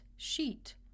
sheet